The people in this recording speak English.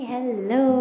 Hello